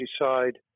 decide